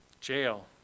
jail